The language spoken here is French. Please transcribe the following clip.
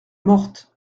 morte